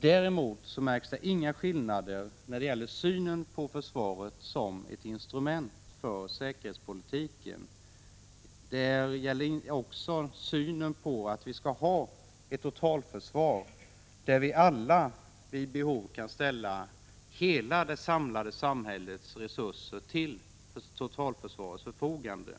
Däremot märks inga skillnader när det gäller synen på försvaret som ett instrument för säkerhetspolitiken, inte heller när det gäller uppfattningen att vi skall ha ett totalförsvar där vi vid behov kan ställa hela det samlade samhällets resurser till totalförsvarets förfogande.